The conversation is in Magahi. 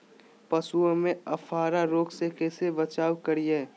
पशुओं में अफारा रोग से कैसे बचाव करिये?